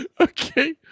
Okay